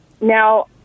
Now